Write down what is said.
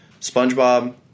Spongebob